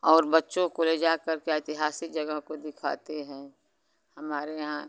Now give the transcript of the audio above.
और बच्चों को लेजाकर के ऐतिहासिक जगह को दिखाते हैं हमारे यहाँ